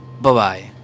Bye-bye